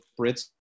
Brits